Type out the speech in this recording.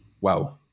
Wow